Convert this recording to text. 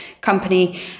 company